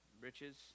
riches